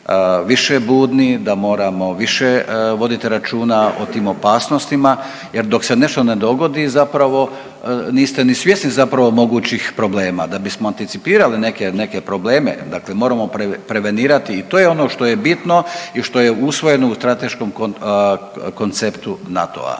više budni, da moramo više voditi računa o tim opasnostima jer dok se nešto ne dogodi zapravo niste ni svjesni zapravo mogućih problema. Da bismo anticipirali neke, neke probleme dakle moramo prevenirati i to je ono što je bitno i što je usvojeno u strateškom konceptu NATO-a.